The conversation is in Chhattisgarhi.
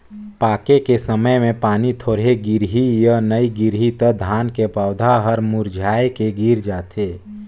पाके के समय मे पानी थोरहे गिरही य नइ गिरही त धान के पउधा हर मुरझाए के गिर जाथे